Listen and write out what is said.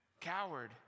coward